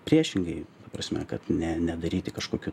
priešingai ta prasme kad ne nedaryti kažkokių